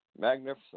magnificent